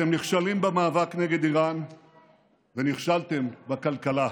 אתם נכשלים במאבק נגד איראן ונכשלתם בכלכלה.